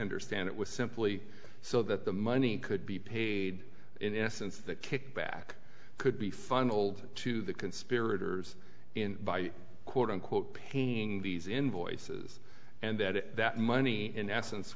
understand it was simply so that the money could be paid in essence that kickback could be funneled to the conspirators in by quote unquote painting these invoices and that that money in essence